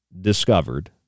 discovered